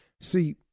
See